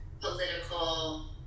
political